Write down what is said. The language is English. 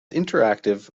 interactive